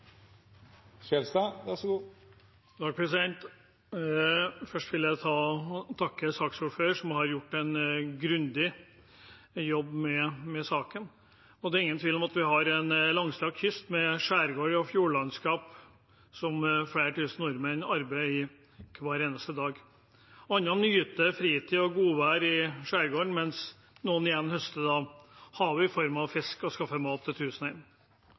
er ingen tvil om at vi har en langstrakt kyst, med skjærgård og fjordlandskap, der flere tusen nordmenn arbeider hver eneste dag. Andre nyter fritid og godvær i skjærgården, mens noen igjen høster fra havet i form av fiske for å skaffe mat til